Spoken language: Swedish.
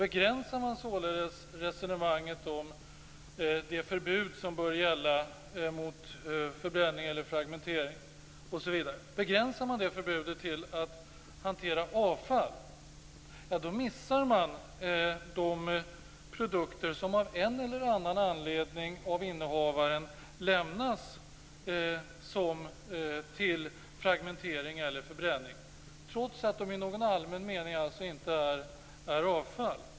Begränsar man således resonemanget om det förbud som bör gälla mot förbränning eller fragmentering till hantering av avfall missar man de produkter som av en eller annan anledning av innehavaren lämnas till fragmentering eller förbränning trots att de i någon allmän mening inte är avfall.